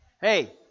Hey